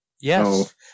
Yes